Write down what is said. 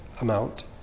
amount